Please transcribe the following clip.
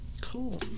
Cool